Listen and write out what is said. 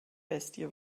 bestie